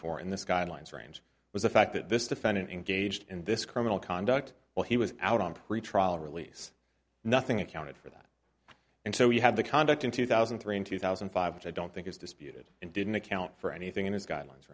for in this guidelines range was the fact that this defendant engaged in this criminal conduct while he was out on pretrial release nothing accounted for that and so you have the conduct in two thousand and three in two thousand and five which i don't think is disputed and didn't account for anything in his guidelines